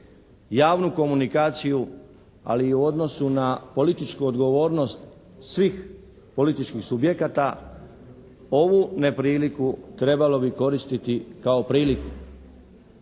javnu komunikaciju ali i u odnosu na političku odgovornost svih političkih subjekata ovu nepriliku trebalo bi koristiti kao priliku.